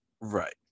Right